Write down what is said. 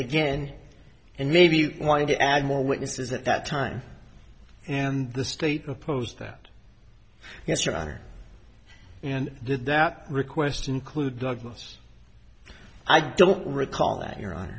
again and maybe you want to add more witnesses at that time and the state opposed that yes your honor and did that request include douglas i don't recall that you